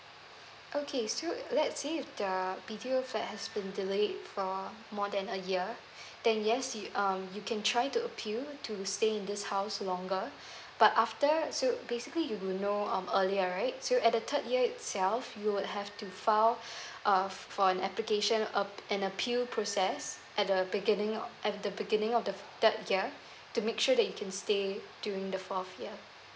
okay so let's say if the B_T_O flat has been delayed in for more than a year then yes you um you can try to appeal to stay in this house longer but after so basically you will know um earlier right so at the third year itself you would have to file err for an application um an appeal process at the beginning at the beginning of the third year to make sure that you can stay during the fourth year